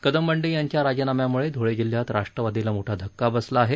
कदम बांडे यांच्या राजीनाम्यामुळे धूळे जिल्हात राष्ट्रवादीला मोठा धक्का बसला आहे